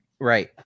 Right